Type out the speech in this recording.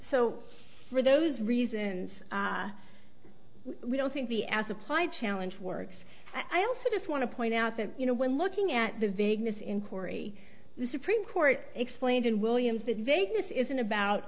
so for those reasons we don't think we as applied challenge works i also just want to point out that you know when looking at the vagueness inquiry the supreme court explained in williams that vagueness isn't about